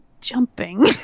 jumping